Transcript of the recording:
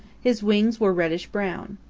his wings were reddish-brown.